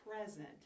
present